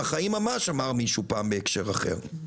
"החיים ממש" כמו שאמר מישהו בהקשר אחר.